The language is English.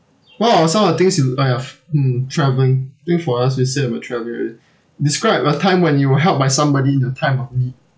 what are some of the things you uh have mm travelling I think for us we said about travelling already describe a time when you were helped by somebody in the time of need